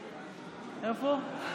איפה?